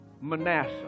Manasseh